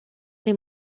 les